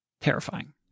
Terrifying